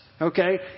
okay